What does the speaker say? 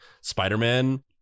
Spider-Man